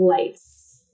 lights